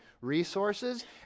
resources